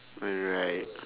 alright